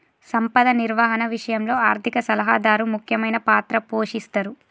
సంపద నిర్వహణ విషయంలో ఆర్థిక సలహాదారు ముఖ్యమైన పాత్ర పోషిస్తరు